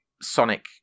Sonic